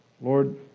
Lord